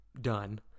done